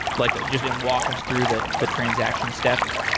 like just and walk us through the the transaction steps.